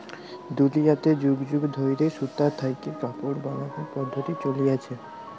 দুলিয়াতে যুগ যুগ ধইরে সুতা থ্যাইকে কাপড় বালালর পদ্ধতি চইলছে